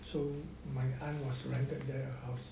so my aunt was rented there a house